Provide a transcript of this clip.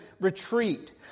retreat